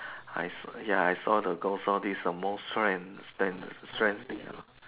I saw ya I saw the ghost lor this is the most strange strange strange thing